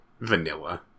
vanilla